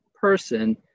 person